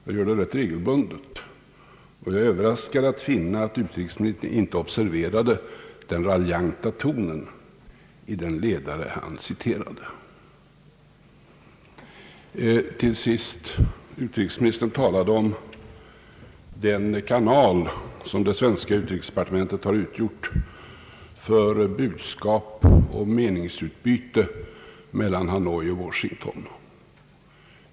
Jag gör det rätt regelbundet, och jag är överraskad att finna att utrikesministern inte observe rade den raljanta tonen i den ledare han citerade. Till sist — utrikesministern talade om den kanal som det svenska utrikesdepartementet har utgjort för budskap och meningsutbyte mellan Hanoi och Washington.